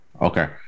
Okay